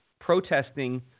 protesting